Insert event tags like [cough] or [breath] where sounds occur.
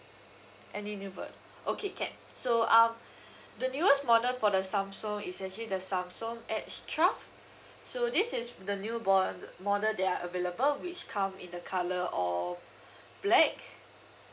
any new bo~ okay can so um [breath] the newest model for the Samsung is actually the Samsung X twelve so this is the new bodel~ model that are available which come in the colour of [breath] black